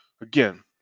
again